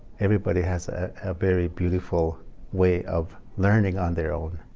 everybody has a very beautiful way of learning on their own.